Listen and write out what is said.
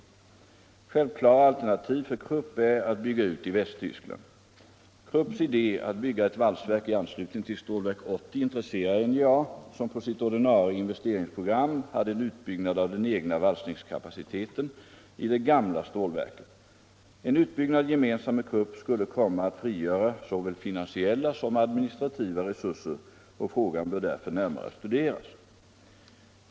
Ett självklart alternativ för Krupp är att bygga ut i Västtyskland. Krupps idé att bygga ett valsverk i anslutning till Stålverk 80 intresserar NJA, som på sitt ordinarie investeringsprogram hade en utbyggnad av den egna valsningskapaciteten i det ”gamla” stålverket. En utbyggnad gemensamt med Krupp skulle komma att frigöra såväl finansiella som administrativa resurser, och frågan bör därför närmare studeras.